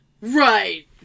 Right